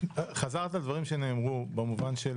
חזרת על הדברים שנאמרו במובן של